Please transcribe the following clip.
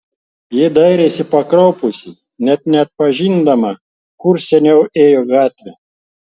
ji dairėsi pakraupusi net neatpažindama kur seniau ėjo gatvė